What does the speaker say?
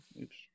Oops